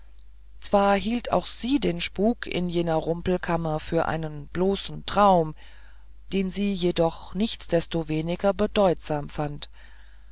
zwar hielt auch sie den spuk in jener rumpelkammer für einen bloßen traum den sie jedoch nichtsdestoweniger bedeutsam fand